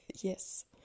Yes